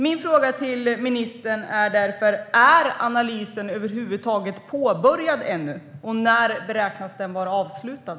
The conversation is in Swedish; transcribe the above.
Min fråga till ministern är därför: Är analysen över huvud taget påbörjad än, och när beräknas den vara avslutad?